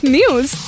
News